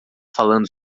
falando